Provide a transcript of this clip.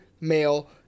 male